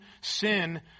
sin